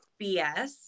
BS